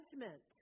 Judgment